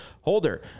holder